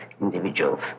individuals